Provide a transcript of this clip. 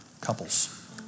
couples